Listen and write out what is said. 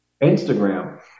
Instagram